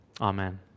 amen